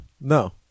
no